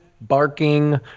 barking